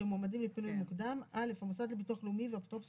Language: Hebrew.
שמועמדים לפינוי מוקדם - המוסד לביטוח לאומי והאפוטרופוס